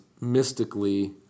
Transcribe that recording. mystically